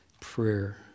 prayer